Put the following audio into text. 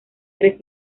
tres